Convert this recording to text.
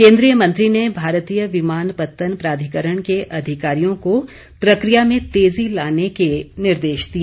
केन्द्रीय मंत्री ने भारतीय विमान पत्तन प्राधिकरण के अधिकारियों को प्रक्रिया में तेजी लाने के निर्देश दिए